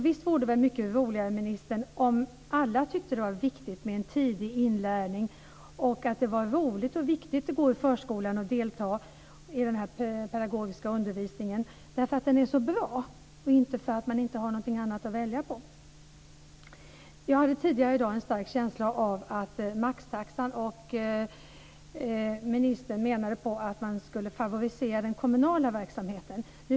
Visst vore det roligt, ministern, om alla tyckte att det var viktigt med en tidig inlärning, att det var roligt och viktigt att gå i förskolan och delta i den här pedagogiska undervisningen eftersom den är så bra och inte för att det inte finns någonting annat att välja mellan. Jag hade tidigare i dag en stark känsla av att ministern menade på att man skulle favorisera den kommunala verksamheten när det gäller maxtaxan.